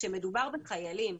כשמדובר בחיילים,